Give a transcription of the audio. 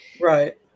Right